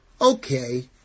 Okay